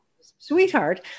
sweetheart